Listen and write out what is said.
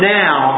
now